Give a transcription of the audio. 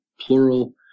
plural